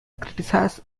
criticised